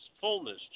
fullness